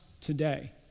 today